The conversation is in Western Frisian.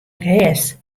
rêst